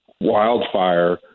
wildfire